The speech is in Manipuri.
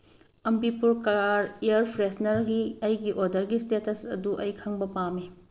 ꯑꯝꯕꯤꯄꯨꯔ ꯀꯥꯔ ꯏꯌꯔ ꯐ꯭ꯔꯦꯁꯅꯔꯒꯤ ꯑꯩꯒꯤ ꯑꯣꯗꯔꯒꯤ ꯏꯁꯇꯦꯇꯁ ꯑꯗꯨ ꯑꯩ ꯈꯪꯕ ꯄꯥꯝꯃꯤ